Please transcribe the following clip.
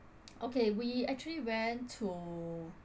okay we actually went to